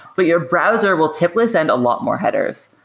but your browser will typically send a lot more headers.